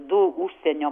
du užsienio